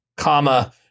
comma